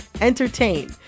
entertain